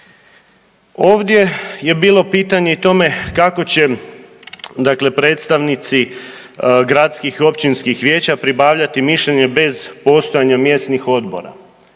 Ovdje je bilo pitanje i tome kako će dakle predstavnici gradskih i općinskih vijeća pribavljati mišljenje bez postojanja mjesnih odbora,